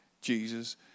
Jesus